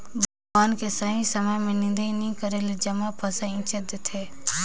बन के सही समय में निदंई नई करेले जम्मो फसल ईचंट देथे